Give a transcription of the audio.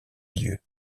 lieux